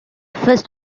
first